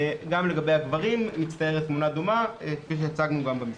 גם לגבי הגברים מצטיירת תמונה דומה כפי שהצגנו במסמך.